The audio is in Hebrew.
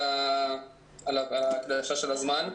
נדמה לי שדיווחנו על זה גם בישיבות ועדת החינוך הקודמות: